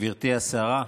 גברתי השרה,